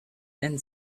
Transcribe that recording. then